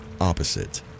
opposite